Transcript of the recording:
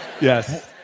yes